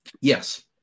Yes